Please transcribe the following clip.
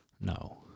No